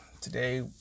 today